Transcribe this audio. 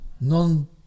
non